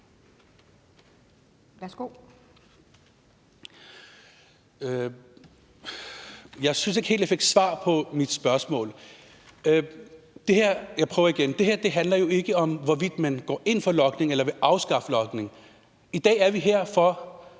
Jeg synes ikke helt, jeg fik svar på mit spørgsmål. Jeg prøver igen: Det her handler jo ikke om, hvorvidt man går ind for logning eller vil afskaffe logning. I dag er vi her, hvor